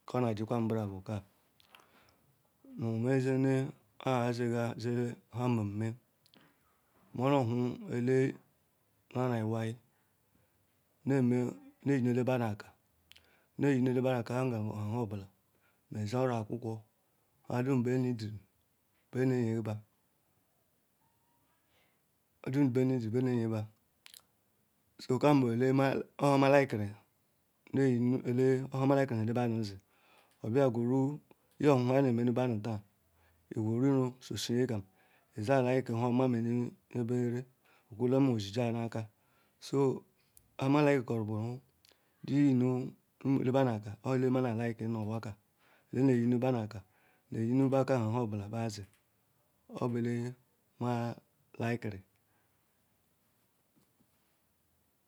Ka omo jikwa nbram nu me zina kpa azigan zi nha ome ome mu nu ohun ele nara ewie ne me ne yenu ele mbadu aka nga ha nu abula me zi oro obwokwo nha dum be neederu be ne yebaa so ka bu nha maa like ne yenu obu nha maa ukika nu be ale mabudi obia kweru iro sushi yekam ha ihu ihuoma bia nu yekam. Chorsi ihuoma menunyebere, so nhe me ukiyam bu yenu ele madu aka yabu ele maa na aliki bu moli ne yenu nde badu aka, eye nu baa aka hunu obulam buadi yabu ale maa alike nu onwa.